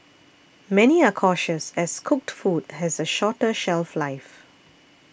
many are cautious as cooked food has a shorter shelf life